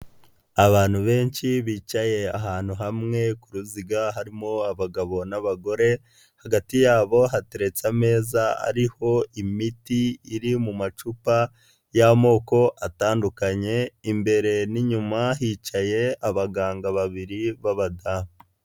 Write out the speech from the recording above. Abantu benshi bicaye ahantu hamwe kuruziga, harimo abagabo n'abagore, hagati yabo hatereta ameza ariho imiti iri mu macupa y'amoko atandukanye, imbere n'inyuma hicaye abaganga babiri b'abadamu.